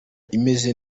imeze